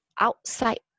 outside